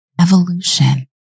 evolution